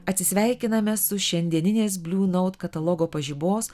atsisveikiname su šiandieninės bliu naut katalogo pažibos